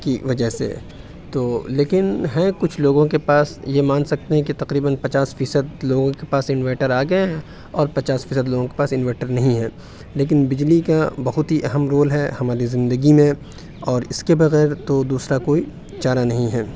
کی وجہ سے تو لیکن ہیں کچھ لوگوں کے پاس یہ مان سکتے ہیں کہ تقریباً پچاس فیصد لوگوں کے پاس انویٹر آ گئے ہیں اور پچاس فیصد لوگوں کے پاس انویٹر نہیں ہیں لیکن بجلی کا بہت ہی اہم رول ہے ہماری زندگی میں اور اِس کے بغیر تو دوسرا کوئی چارہ نہیں ہے